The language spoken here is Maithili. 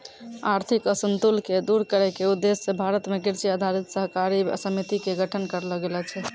आर्थिक असंतुल क दूर करै के उद्देश्य स भारत मॅ कृषि आधारित सहकारी समिति के गठन करलो गेलो छै